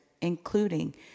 including